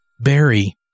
Barry